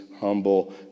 Humble